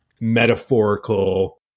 metaphorical